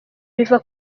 biva